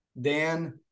Dan